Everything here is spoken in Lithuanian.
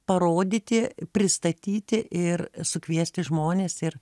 parodyti pristatyti ir sukviesti žmones ir